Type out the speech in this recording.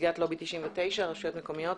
נציגת לובי 99 רשויות מקומיות,